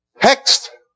Text